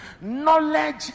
knowledge